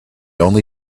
only